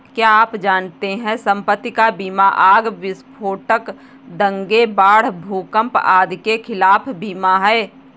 क्या आप जानते है संपत्ति का बीमा आग, विस्फोट, दंगे, बाढ़, भूकंप आदि के खिलाफ बीमा है?